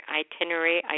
itinerary